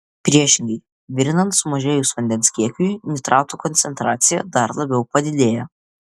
priešingai virinant sumažėjus vandens kiekiui nitratų koncentracija dar labiau padidėja